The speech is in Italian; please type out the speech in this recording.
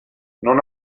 non